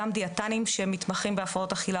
גם דיאטנים שמתמחים בהפרעות אכילה,